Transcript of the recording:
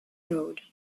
road